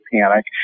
panic